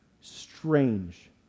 strange